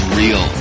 real